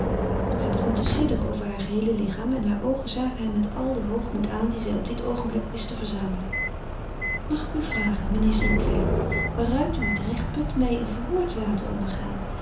zij begon te sidderen over haar geheele lichaam en haar oogen zagen hem met al den hoogmoed aan dien zij op dit oogenblik wist te verzamelen mag ik u vragen meneer st clare waaruit u het recht put mij een verhoor te laten ondergaan